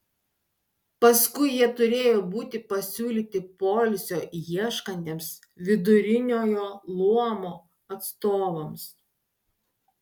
paskui jie turėjo būti pasiūlyti poilsio ieškantiems viduriniojo luomo atstovams